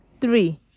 three